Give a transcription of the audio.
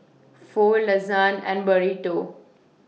Pho Lasagne and Burrito